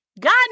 God